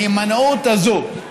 ההימנעות הזאת,